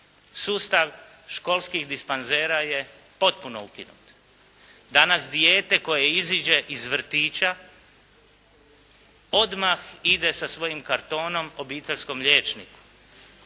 Sustav školskih dispanzera je potpuno ukinut. Danas dijete koje iziđe iz vrtića odmah ide sa svojim kartonom obiteljskom liječniku